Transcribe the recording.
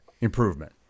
improvement